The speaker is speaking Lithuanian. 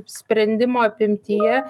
sprendimo apimtyje